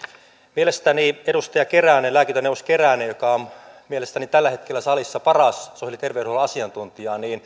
mielestäni edustaja keränen lääkintöneuvos keränen joka on mielestäni tällä hetkellä salissa paras sosiaali ja terveydenhuollon asiantuntija